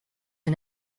and